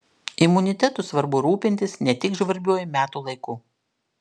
imunitetu svarbu rūpintis ne tik žvarbiuoju metų laiku